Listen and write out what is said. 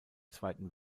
zweiten